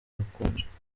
bakunzwe